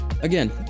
again